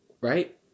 right